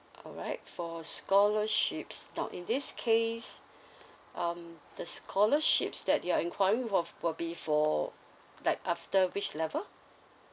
all right for scholarships now in this case um the scholarships that you're enquiring of will be for like after which level